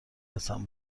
حسن